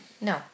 no